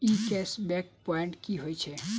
ई cash back point की होइत छैक?